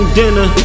dinner